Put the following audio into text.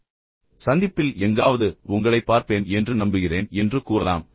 அல்லது சந்திப்பில் எங்காவது உங்களைப் பார்ப்பேன் என்று நம்புகிறேன் என்று கூறலாம்